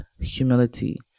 humility